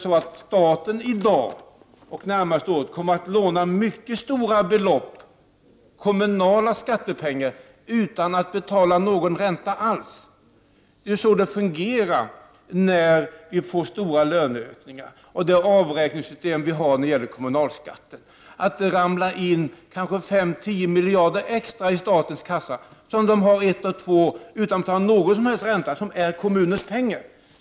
Staten kommer under det närmaste året att låna mycket stora belopp av kommunala skattepengar utan att betala någon ränta alls. När det blir stora löneökningar betyder detta, med det nuvarande avräkningssystemet i fråga om kommunalskatten, att det ramlar in kanske 5 — 10 miljarder extra i statens kassa som staten har under ett eller två år utan att betala någon ränta, och det är kommunens pengar.